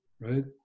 right